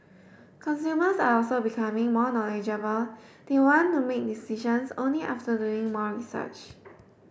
consumers are also becoming more knowledgeable they want to make decisions only after doing more research